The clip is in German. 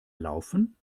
laufen